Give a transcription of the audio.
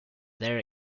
there